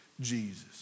Jesus